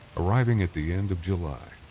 arriving at the end of july.